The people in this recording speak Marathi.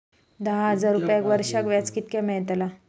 दहा हजार रुपयांक वर्षाक व्याज कितक्या मेलताला?